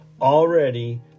already